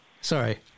Sorry